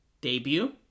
debut